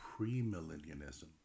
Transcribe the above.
premillennialism